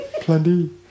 Plenty